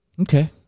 Okay